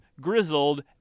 grizzled